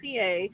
PA